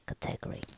category